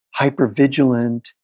hypervigilant